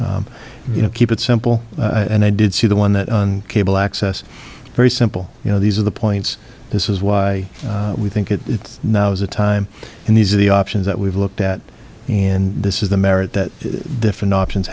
s you know keep it simple and i did see the one that on cable access very simple you know these are the points this is why we think it's now is the time and these are the options that we've looked at and this is the merit different options